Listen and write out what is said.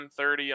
130